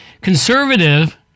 conservative